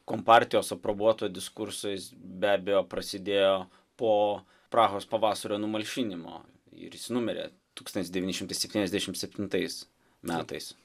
kompartijos aprobuoto diskurso jis be abejo prasidėjo po prahos pavasario numalšinimo ir numirė tūkstantis devyni šimtai septyniasdešimt septintais metais